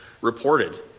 reported